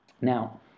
Now